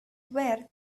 where